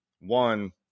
one